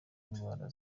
indwara